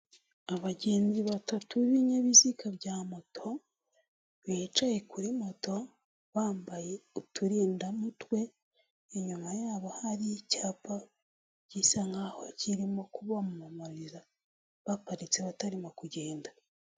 Abagenzi batatu b'ibinyabiziga bya moto bicaye kuri moto bambaye uturinda mutwe inyuma yabo hari icyapa gisa nkaho'a kirimo kumamariza baparitse batarimo kugenda.